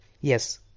Yes